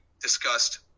discussed –